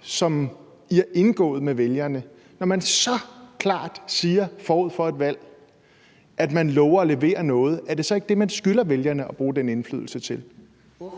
som I har indgået med vælgerne, når man så klart forud for et valg siger, at man lover at levere noget, uden at levere det? Er det så ikke det, man skylder vælgerne at bruge den indflydelse til? Kl.